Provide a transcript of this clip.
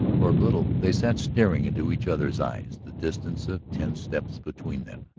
for a little they sat staring into each other's eyes, the distance of ten steps between them,